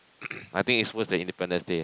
I think it's worse than Independence Day